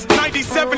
97